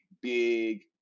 big